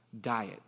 diet